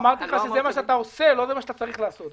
אמרתי שזה מה שאתה עושה לא מה שאתה צריך לעשות.